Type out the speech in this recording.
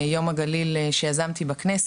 ביום הגליל שיזמתי בכנסת,